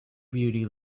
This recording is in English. beauty